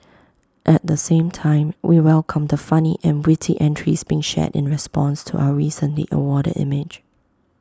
at the same time we welcome the funny and witty entries being shared in response to our recently awarded image